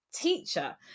teacher